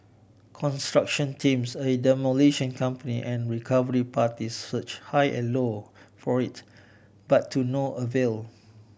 construction teams a demolition company and recovery parties search high and low for it but to no avail